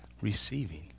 receiving